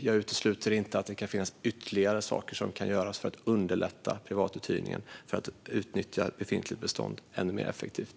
Jag utesluter inte att det kan finnas ytterligare saker som kan göras för att underlätta privatuthyrningen och utnyttja det befintliga beståndet ännu mer effektivt.